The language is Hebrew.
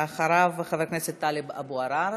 ואחריו, חבר הכנסת טלב אבו עראר.